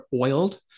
oiled